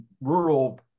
rural